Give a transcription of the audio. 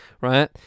right